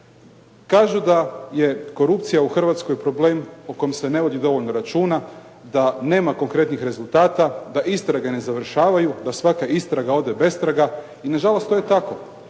Kažu da je korupcija u Hrvatskoj problem o kom se ne vodi dovoljno računa. Da nema konkretnih rezultata, da istrage ne završavaju, da svaka istraga ode bestrage. I nažalost to je tako.